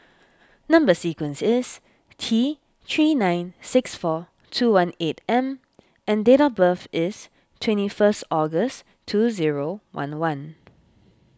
Number Sequence is T three nine six four two one eight M and date of birth is twenty first August two zero one one